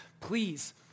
please